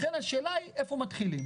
לכן השאלה היא איפה מתחילים.